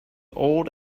old